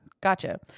Gotcha